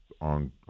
on